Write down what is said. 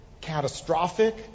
catastrophic